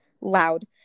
loud